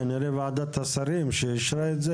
כנראה שוועדת השרים שאישרה את זה,